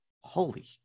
Holy